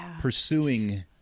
pursuing